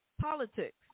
Politics